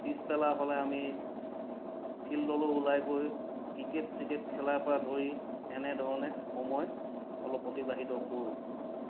পিছবেলা হ'লে আমি ফিল্ডলৈ ওলাই গৈ ক্ৰিকেট চিকেট খেলাৰপৰা ধৰি এনেধৰণে সময় অলপ অতিবাহিত কৰোঁ